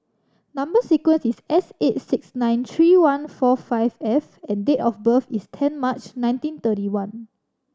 number sequence is S eight six nine three one four five F and date of birth is ten March nineteen thirty one